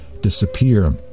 disappear